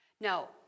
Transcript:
Now